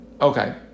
Okay